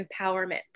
empowerment